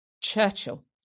Churchill